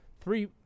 three